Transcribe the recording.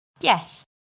yes